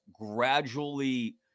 gradually